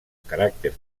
caràcter